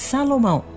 Salomão